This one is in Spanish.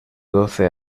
doce